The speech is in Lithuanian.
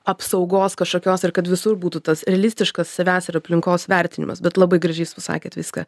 apsaugos kažkokios ir kad visur būtų tas realistiškas savęs ir aplinkos vertinimas bet labai gražiai jus pasakėt viską